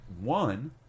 one